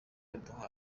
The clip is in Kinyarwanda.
yaduhaye